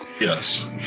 Yes